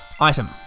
Item